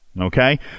okay